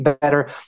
better